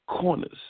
corners